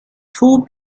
two